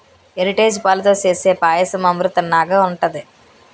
Heritage పాలతో సేసే పాయసం అమృతంనాగ ఉంటది